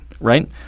right